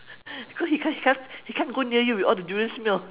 because he can't he can't he can't go near you with all the durian smell